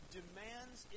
demands